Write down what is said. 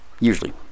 Usually